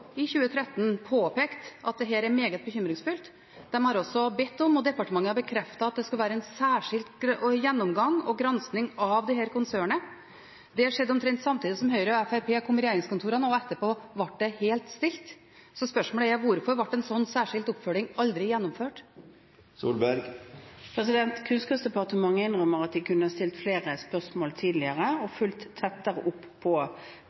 at det skal være – en særskilt gjennomgang og granskning av dette konsernet. Det skjedde omtrent samtidig som Høyre og Fremskrittspartiet kom inn i regjeringskontorene, og etterpå ble det helt stille. Så spørsmålet er: Hvorfor ble en slik særskilt oppfølging aldri gjennomført? Kunnskapsdepartementet innrømmer at de kunne stilt flere spørsmål tidligere og fulgt tettere opp